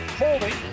holding